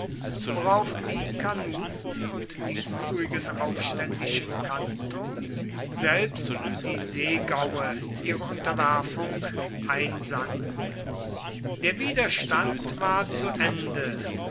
worauf die carnuten und die übrigen aufständischen kantons selbst die seegaue ihre unterwerfung einsandten der widerstand war zu ende